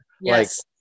Yes